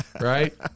Right